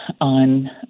on